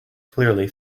clearly